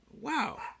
Wow